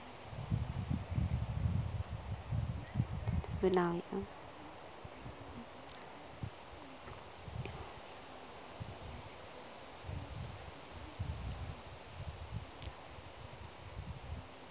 ᱵᱮᱱᱟᱣ ᱦᱩᱭᱩᱜᱼᱟ